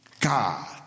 God